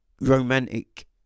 romantic